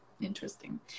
interesting